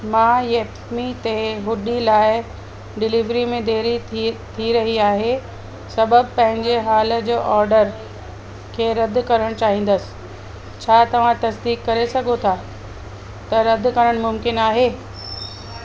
मां येपमी ते हूडी लाइ डिलीवरी में देरी थी थी रही आहे सबबि पंहिंजे हाल जे ऑडर खे रदि करणु चाहींदसि छा तव्हां तसदीक करे सघो था त रदि करणु मुमकिन आहे